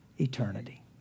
eternity